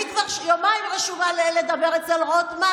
אני כבר יומיים רשומה לדבר אצל רוטמן,